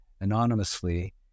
anonymously